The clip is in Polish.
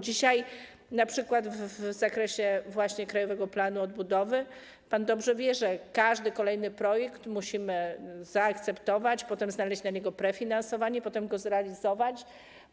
Dzisiaj, np. w zakresie właśnie Krajowego Planu Odbudowy, pan dobrze wie, że każdy kolejny projekt musimy zaakceptować, potem znaleźć na niego prefinansowanie, potem go zrealizować,